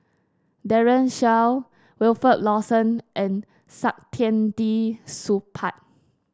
Daren Shiau Wilfed Lawson and Saktiandi Supaat